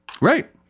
Right